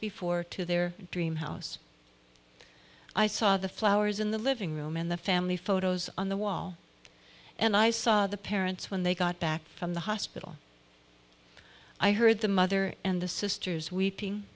before to their dream house i saw the flowers in the living room in the family photos on the wall and i saw the parents when they got back from the hospital i heard the mother and the sisters weeping